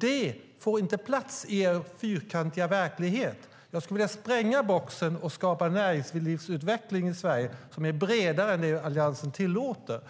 Det får inte plats i er fyrkantiga verklighet. Jag skulle vilja spränga boxen och skapa en näringslivsutveckling i Sverige som är bredare än vad Alliansen tillåter.